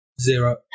zero